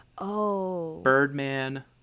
Birdman